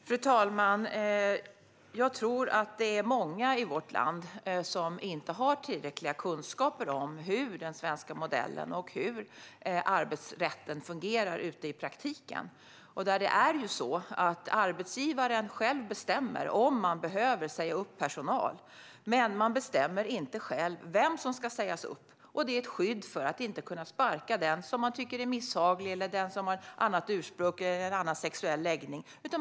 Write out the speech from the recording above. Fru talman! Jag tror att det är många i vårt land som inte har tillräckliga kunskaper om hur den svenska modellen och arbetsrätten fungerar i praktiken. Det är arbetsgivaren som själv bestämmer om man behöver säga upp personal. Men man bestämmer inte själv vem som ska sägas upp. Och det är ett skydd för att man inte ska kunna sparka den som man tycker är misshaglig, som har ett annat ursprung eller som har en annan sexuell läggning.